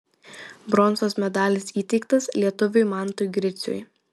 bronzos medalis įteiktas lietuviui mantui griciui